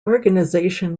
organization